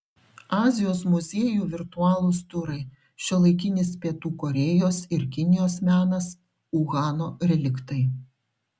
azijos muziejų virtualūs turai šiuolaikinis pietų korėjos ir kinijos menas uhano reliktai